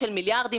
למרות זאת